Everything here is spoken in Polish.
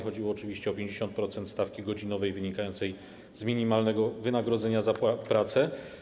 Chodziło oczywiście o 50% stawki godzinowej wynikającej z minimalnego wynagrodzenia za pracę.